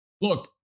look